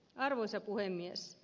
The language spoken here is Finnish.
arvoisa puhemies